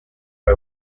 fue